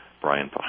brian